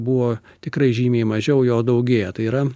buvo tikrai žymiai mažiau jo daugėja tai yra